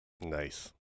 Nice